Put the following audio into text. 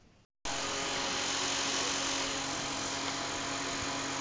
ಒಂದು ಎಕರೆ ತೋಟದಲ್ಲಿ ಎಷ್ಟು ಕಬ್ಬಿನ ಬೆಳೆ ಸಿಗುತ್ತದೆ?